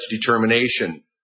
determination